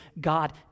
God